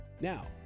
Now